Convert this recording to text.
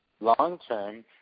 long-term